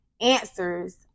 answers